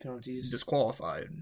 disqualified